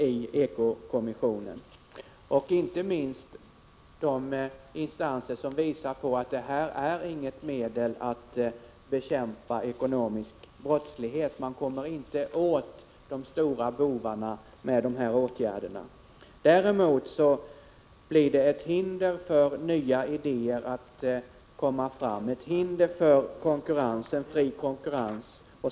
Inte minst finns det instanser som visar på att det som föreslås inte är några medel att bekämpa ekonomisk brottslighet. Man kommer inte åt de stora bovarna med de här åtgärderna. Däremot utgör de hinder för nya idéer att komma fram, ett hinder för fri konkurrens.